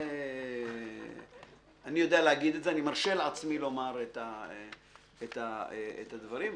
אני מרשה לעצמי לומר את הדברים.